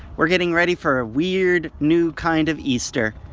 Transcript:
we're getting ready for a weird, new kind of easter.